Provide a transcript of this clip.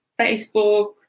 Facebook